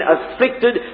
afflicted